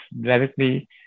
directly